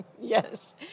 Yes